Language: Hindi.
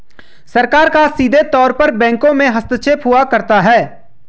सरकार का सीधे तौर पर बैंकों में हस्तक्षेप हुआ करता है